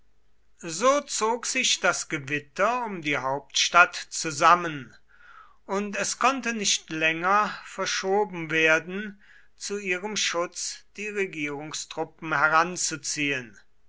so zog sich das gewitter um die hauptstadt zusammen und es konnte nicht länger verschoben werden zu ihrem schutz die regierungstruppen heranzuziehen